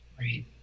Right